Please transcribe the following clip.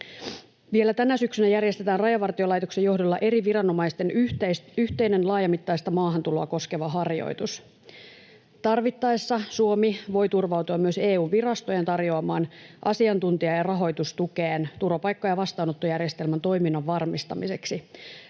Vielä tänä syksynä järjestetään Rajavartiolaitoksen johdolla eri viranomaisten yhteinen laajamittaista maahantuloa koskeva harjoitus. Tarvittaessa Suomi voi turvautua myös EU:n virastojen tarjoamaan asiantuntija- ja rahoitustukeen turvapaikka- ja vastaanottojärjestelmän toiminnan varmistamiseksi,